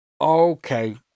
Okay